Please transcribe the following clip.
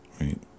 right